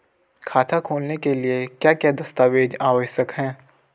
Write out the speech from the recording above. खाता खोलने के लिए क्या क्या दस्तावेज़ आवश्यक हैं?